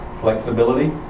Flexibility